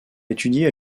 étudier